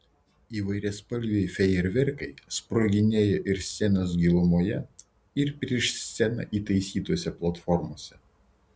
įvairiaspalviai fejerverkai sproginėjo ir scenos gilumoje ir prieš sceną įtaisytose platformose